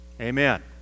Amen